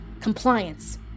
compliance